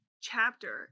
chapter